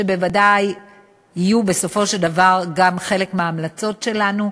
שבוודאי יהיו בסופו של דבר גם חלק מההמלצות שלנו.